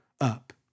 up